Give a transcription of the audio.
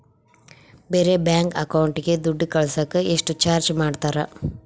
ಬೇರೆ ಬ್ಯಾಂಕ್ ಅಕೌಂಟಿಗೆ ದುಡ್ಡು ಕಳಸಾಕ ಎಷ್ಟು ಚಾರ್ಜ್ ಮಾಡತಾರ?